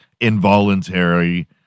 involuntary